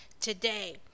today